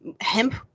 hemp